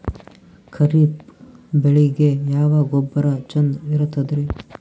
ಖರೀಪ್ ಬೇಳಿಗೆ ಯಾವ ಗೊಬ್ಬರ ಚಂದ್ ಇರತದ್ರಿ?